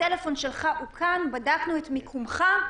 הטלפון שלך אוכן, בדקנו את מיקומך,